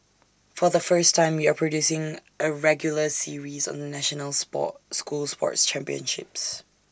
for the first time we are producing A regular series on the national Sport school sports championships